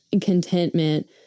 contentment